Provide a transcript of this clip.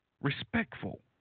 respectful